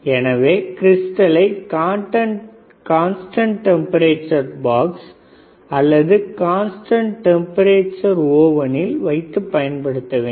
எனவே கிரிஸ்டல்லை constant temperature box அல்லது கான்ஸ்டன்ட் டெம்பரேச்சர் ஓவனில் வைத்து பயன்படுத்த வேண்டும்